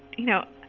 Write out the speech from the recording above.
you know,